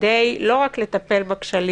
כדי לא רק לטפל בכשלים